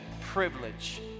privilege